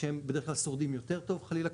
שהם בדרך כלל שורדים יותר טוב במקרה של חלילה,